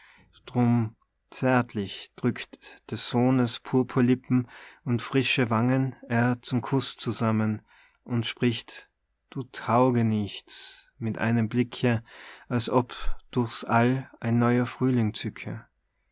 drum zärtlich drückt des sohnes purpurlippen und frische wangen er zum kuß zusammen und spricht du taugenichts mit einem blicke als ob durch's all ein neuer frühling zücke